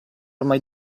mai